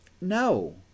No